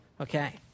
Okay